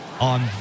on